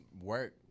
work